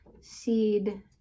seed